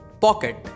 Pocket